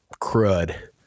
crud